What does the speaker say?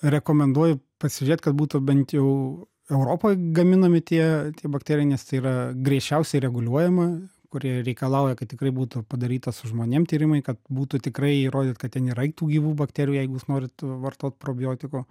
rekomenduoju pasižiūrėt kad būtų bent jau europoj gaminami tie tie bakteri nes tai yra griežčiausiai reguliuojama kurie reikalauja kad tikrai būtų padaryta su žmonėm tyrimai kad būtų tikrai įrodyt kad ten yra tų gyvų bakterijų jeigu jūs norit vartot probiotikų